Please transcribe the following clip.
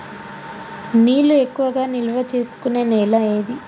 నీళ్లు ఎక్కువగా నిల్వ చేసుకునే నేల ఏది?